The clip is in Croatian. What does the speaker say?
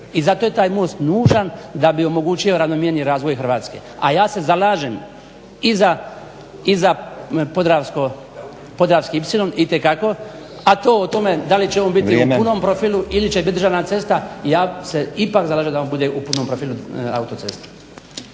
I zato je taj most nužan da bi omogućio ravnomjerniji razvoj Hrvatske. A ja se zalažem i za Podravski ipsilon itekako a to o tome da li će on biti u punom profilu ili će državna cesta, ja se ipak zalažem da on bude u punom profilu autoceste.